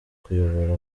kuyobora